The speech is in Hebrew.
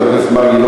חבר הכנסת מרגי,